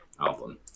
album